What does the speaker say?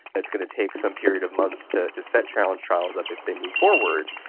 it's going to take some period of months to to set challenge trials up if they move forward.